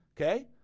Okay